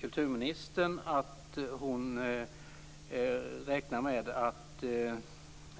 Kulturministern sade här att hon räknar med att